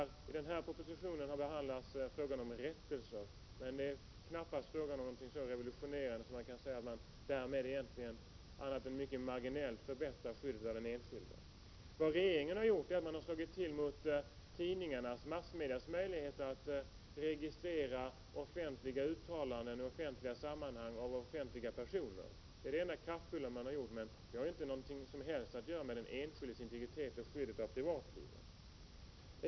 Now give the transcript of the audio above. I denna proposition behandlas frågan om rättelser. Men det är knappast fråga om något så revolutionerande att man kan säga att man därmed, annat än mycket marginellt, förbättrar skyddet för den enskilde. Vad regeringen har gjort är att den har slagit till mot tidningarnas, massmedias, möjligheter att registrera offentliga uttalanden i offentliga sammanhang från offentliga personer. Det är det enda kraftfulla man har gjort. Men det har inget som helst att göra med den enskildes integritet och skyddet av privatlivet.